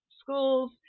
schools